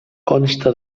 consta